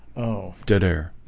oh dead air